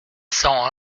cent